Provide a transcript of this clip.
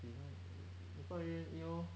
起床 wake up already then eat lor